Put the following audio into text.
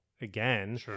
again